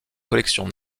collections